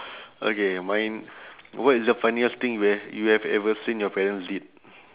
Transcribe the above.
okay mine what is the funniest thing you h~ you have ever seen your parents did